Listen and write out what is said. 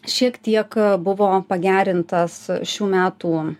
šiek tiek buvo pagerintas šių metų